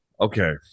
okay